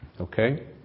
Okay